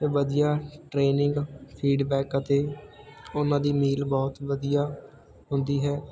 ਅਤੇ ਵਧੀਆ training feedback ਅਤੇ ਉਹਨਾਂ ਦੀ ਮੀਲ ਬਹੁਤ ਵਧੀਆ ਹੁੰਦੀ ਹੈ